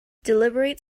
deliberate